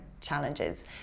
challenges